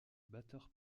batteur